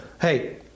hey